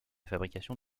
fabrication